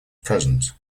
present